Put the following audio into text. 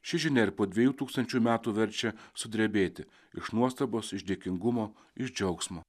ši žinia ir po dviejų tūkstančių metų verčia sudrebėti iš nuostabos iš dėkingumo iš džiaugsmo